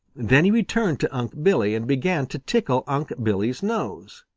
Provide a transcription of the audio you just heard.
then he returned to unc' billy and began to tickle unc' billy's nose.